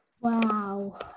Wow